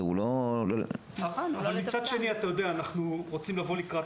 הוא לא -- מצד שני אנחנו רוצים לבוא לקראת.